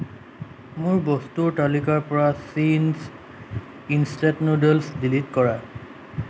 মোৰ বস্তুৰ তালিকাৰ পৰা চিংছ ইনষ্টেণ্ট নুডলছ ডিলিট কৰা